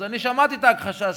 אז אני שמעתי את ההכחשה שלך,